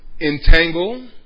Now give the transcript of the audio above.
entangle